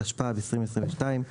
התשפ"ב-2022,